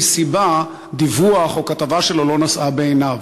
סיבה דיווח או כתבה שלו לא נשאו חן בעיניו.